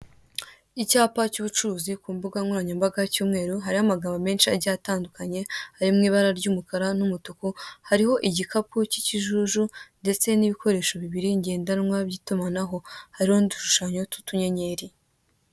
Icyapa cy'ubucuruzi ku mbugankoranyambaga cy'umweru, hariho amagambo menshi agiye atandukanye ari mu ibara ry'umukara n'umutuku; hariho igikapu cyicyijuju ndetse nibikoresho bibiri ngendanwa by'itumanaho, hariho n'udushushanyo tw'utunyenyeri.